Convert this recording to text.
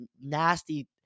nasty